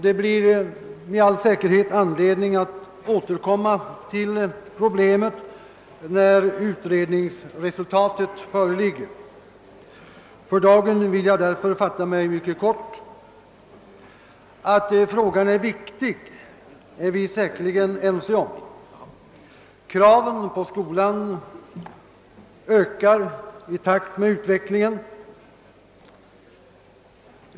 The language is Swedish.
Det blir med all säkerhet anledning att återkomma till problemen när utredningsresultatet föreligger. För dagen vill jag fatta mig mycket kort. Att frågan är viktig är vi säkerligen ense om. Kraven på skolan ökar i takt med utvecklingen.